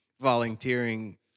volunteering